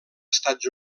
estats